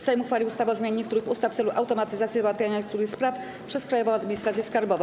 Sejm uchwalił ustawę o zmianie niektórych ustaw w celu automatyzacji załatwiania niektórych spraw przez Krajową Administrację Skarbową.